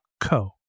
co